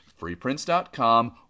Freeprints.com